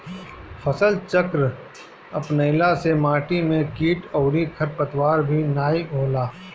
फसलचक्र अपनईला से माटी में किट अउरी खरपतवार भी नाई होला